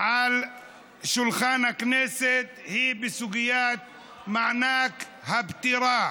על שולחן הכנסת היא בסוגיית מענק הפטירה.